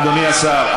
אדוני השר.